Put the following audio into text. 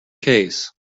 case